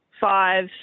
five